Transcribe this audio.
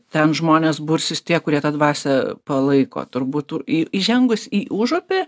ten žmonės bursis tie kurie tą dvasią palaiko turbūt į įžengus į užupį